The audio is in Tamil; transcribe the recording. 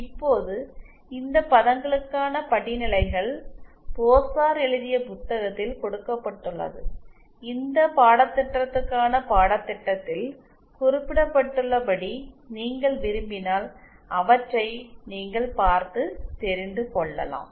இப்போது இந்த பதங்களுக்கான படிநிலைகள் போசார் எழுதிய புத்தகத்தில் கொடுக்கப்பட்டுள்ளது இந்த பாடத்திட்டத்திற்கான பாடத்திட்டத்தில் குறிப்பிடப்பட்டுள்ளபடி நீங்கள் விரும்பினால் அவற்றை நீங்கள் பார்த்து தெரிந்து கொள்ளலாம்